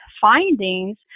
findings